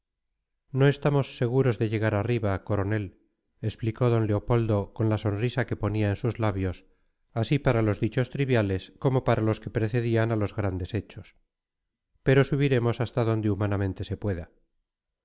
no estamos seguros de llegar arriba coronel replicó d leopoldo con la sonrisa que ponía en sus labios así para los dichos triviales como para los que precedían a los grandes hechos pero subiremos hasta donde humanamente se pueda